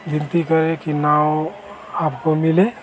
बिनती करें कि नाव आपको मिले